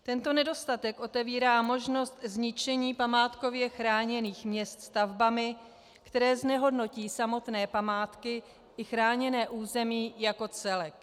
Tento nedostatek otevírá možnost zničení památkově chráněných měst stavbami, které znehodnotí samotné památky i chráněné území jako celek.